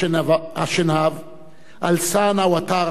אלסאן אואטארה בביקורו בישראל.